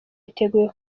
yiteguye